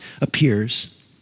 appears